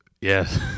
yes